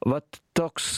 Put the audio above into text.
vat toks